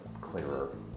clearer